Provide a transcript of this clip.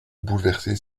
bouleverser